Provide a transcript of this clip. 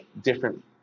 different